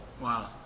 Wow